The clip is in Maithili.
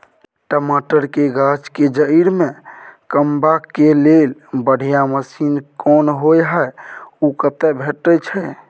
टमाटर के गाछ के जईर में कमबा के लेल बढ़िया मसीन कोन होय है उ कतय भेटय छै?